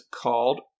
called